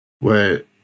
Wait